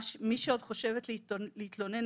מי שעוד חושבת להתלונן,